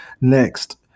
Next